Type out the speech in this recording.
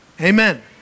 Amen